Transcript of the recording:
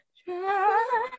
try